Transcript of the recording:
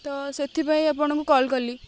ତ ସେଥିପାଇଁ ଆପଣଙ୍କୁ କଲ୍ କଲି